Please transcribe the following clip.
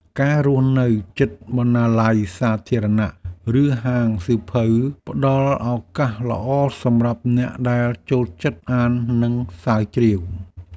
ការរស់នៅជិតបណ្ណាល័យសាធារណៈឬហាងសៀវភៅផ្តល់ឱកាសល្អសម្រាប់អ្នកដែលចូលចិត្តអាននិងស្រាវជ្រាវ។